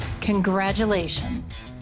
Congratulations